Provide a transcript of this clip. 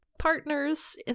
partners